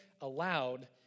aloud